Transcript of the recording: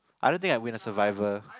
I don't think I win the survivor